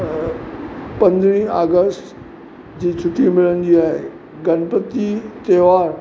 अ पंदरहीं ओगस्ट जी छुटी मिलंदी आहे गणपती त्योहारु